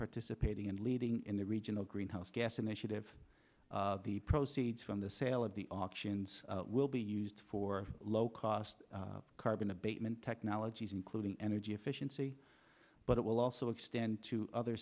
participating and leading in the regional greenhouse gas initiative the proceeds from the sale of the options will be used for low cost carbon abatement technologies including energy efficiency but it will also extend to other